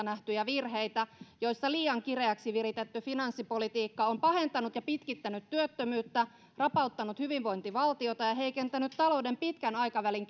nähtyjä virheitä joissa liian kireäksi viritetty finanssipolitiikka on pahentanut ja pitkittänyt työttömyyttä rapauttanut hyvinvointivaltiota ja heikentänyt talouden pitkän aikavälin